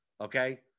Okay